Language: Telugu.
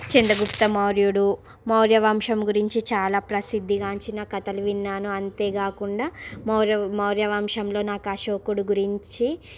చంద్రగుప్తమార్యుడు మౌర్యవంశం గురించి చాలా ప్రసిద్ధిగాంచిన కథలు విన్నాను అంతే కాకుండా మౌర్య మౌర్యవంశంలో నాకు అశోకుడు గురించి